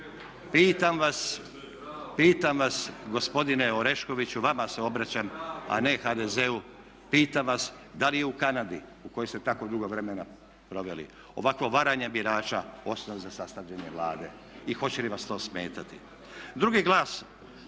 Pitam vas gospodine Oreškoviću, vama se obraćam a ne HDZ-u, pitam vas da li je u Kanadi, u kojoj ste tako dugo vremena proveli, ovakvo varanje birača osnova za sastavljanje Vlade i hoće li vas to smetati?